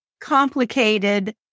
complicated